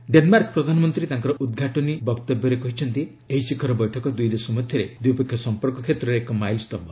Denmark ପ୍ରଧାନମନ୍ତ୍ରୀ ତାଙ୍କର ଉଦ୍ଘାଟନୀ ବକ୍ତବ୍ୟରେ କହିଛନ୍ତି ଏହି ଶିଖର ବୈଠକ ଦୁଇଦେଶ ମଧ୍ୟରେ ଦ୍ୱିପକ୍ଷିୟ ସମ୍ପର୍କ କ୍ଷେତ୍ରରେ ଏକ ମାଇଲ୍ ସ୍ତମ୍ଭ